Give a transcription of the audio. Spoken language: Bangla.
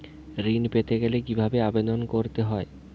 ঋণ পেতে গেলে কিভাবে আবেদন করতে হবে?